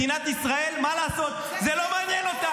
מדינת ישראל, מה לעשות ----- זה דף המסרים?